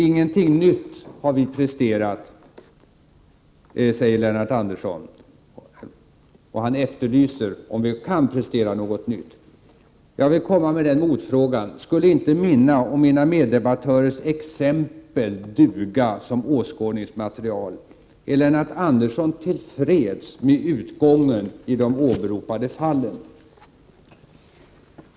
Ingenting nytt har vi presterat, säger Lennart Andersson. Och han efterlyser om vi kan prestera något nytt. Jag vill komma med ett par motfrågor: Skulle inte mina och mina meddebattörers exempel duga som åskådningsmaterial? Är Lennart Andersson till freds med utgången i de åberopade fallen?